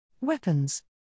Weapons